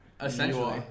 Essentially